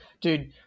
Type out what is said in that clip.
Dude